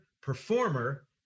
performer